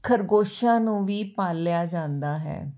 ਖਰਗੋਸ਼ਾਂ ਨੂੰ ਵੀ ਪਾਲਿਆ ਜਾਂਦਾ ਹੈ